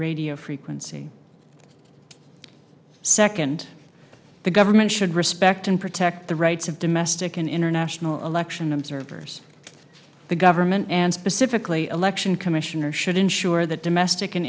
radio frequency second the government should respect and protect the rights of domestic and international election observers the government and specifically election commissioner should ensure that domestic an